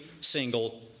single